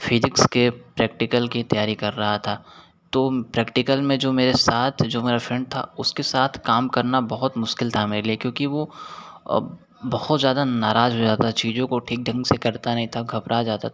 physics के practical की तैयारी कर रहा था तो प्रैक्टिकल में जो मेरे साथ जो मेरा फ्रेंड था उसके साथ काम करना बहुत मुश्किल था मेरे लिए क्योंकि वह बहुत ज़्यादा नाराज़ हो जाता चीज़ों को ठीक ढंग से करता नहीं था घबरा जाता था